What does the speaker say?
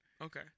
Okay